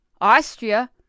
Austria